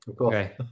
Okay